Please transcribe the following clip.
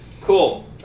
Cool